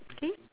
hmm